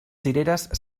cireres